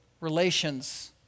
relations